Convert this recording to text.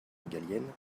régalienne